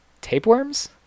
tapeworms